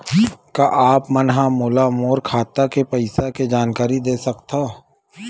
का आप मन ह मोला मोर खाता के पईसा के जानकारी दे सकथव?